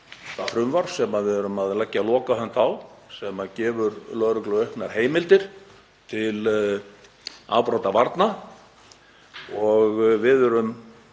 það frumvarp sem við erum að leggja lokahönd á, sem gefur lögreglu auknar heimildir til afbrotavarna. Við erum